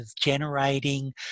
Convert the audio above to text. generating